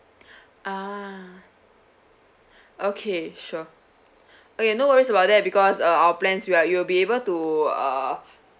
ah okay sure okay no worries about that because uh our plan you're you'll be able to uh